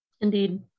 Indeed